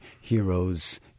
heroes